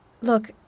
Look